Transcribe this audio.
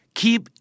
keep